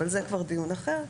אבל זה כבר דיון אחר.